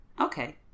Okay